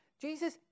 Jesus